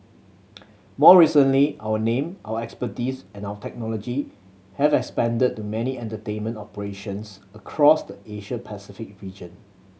more recently our name our expertise and our technology have expanded to many entertainment operations across the Asia Pacific region